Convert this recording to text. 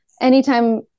anytime